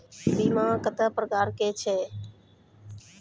बीमा कत्तेक प्रकारक छै?